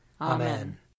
Amen